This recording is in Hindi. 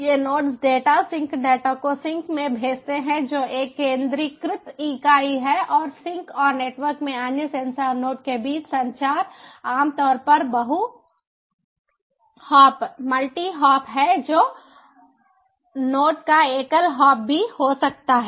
ये नोड्स डेटा सिंक डेटा को सिंक में भेजते हैं जो एक केंद्रीकृत इकाई है और सिंक और नेटवर्क में अन्य सेंसर नोड के बीच संचार आमतौर पर बहु हॉप है जो सेंसर नोड का एकल हॉप भी हो सकता है